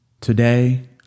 Today